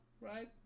Right